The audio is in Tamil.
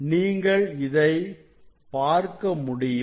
நீங்கள் இதை பார்க்க முடியும்